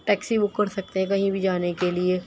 taxi book کر سکتے ہیں کہیں بھی جانے کے لئے